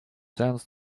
sends